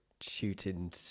shooting